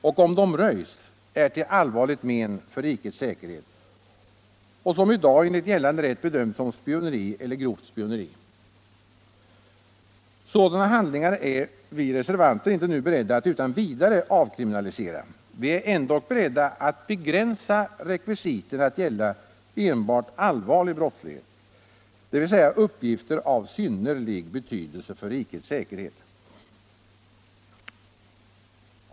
och som, om de röjs, är till allvarligt men för rikets säkerhet, och som i dag enligt gällande rätt bedöms som spioneri eller grovt spioneri. Sådana handlingar är vi reservanter inte nu beredda att utan vidare avkriminalisera. Vi är ändå beredda att begränsa rekvisiten att gälla enbart allvarlig brottslighet — dvs. uppgifter av synnerlig betydelse för rikets säkerhet.